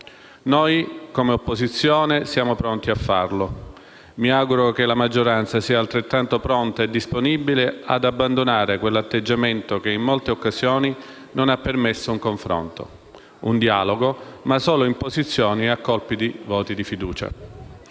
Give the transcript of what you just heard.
Noi, come opposizione, siamo pronti a farlo. Mi auguro che la maggioranza sia altrettanto pronta e disponibile ad abbandonare quell'atteggiamento che, in molte occasioni, ha permesso non un confronto, un dialogo, ma solo imposizioni a colpi di voti di fiducia.